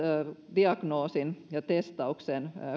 diagnoosin ja testauksen